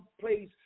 place